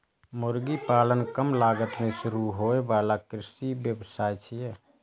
मुर्गी पालन कम लागत मे शुरू होइ बला कृषि व्यवसाय छियै